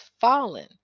fallen